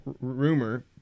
rumor